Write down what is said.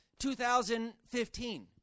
2015